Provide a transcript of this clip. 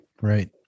Right